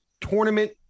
tournament